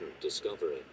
discovery